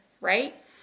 right